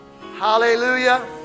Hallelujah